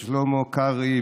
שלמה קרעי,